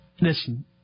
Listen